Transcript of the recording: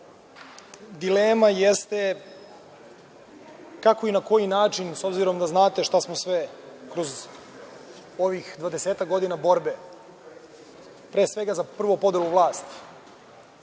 kako i na koji način, s obzirom da znate šta smo sve, kroz ovih 20-ak godina borbe, pre svega, prvo za podelu vlasti